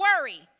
worry